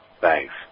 Thanks